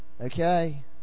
Okay